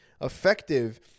effective